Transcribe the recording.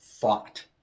Thought